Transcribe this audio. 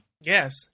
yes